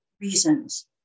reasons